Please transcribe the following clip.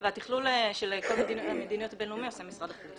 ואת התכלול של כל המדינות הבין-לאומיות עושה משרד החוץ.